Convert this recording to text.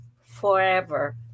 forever